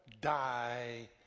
die